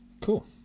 Cool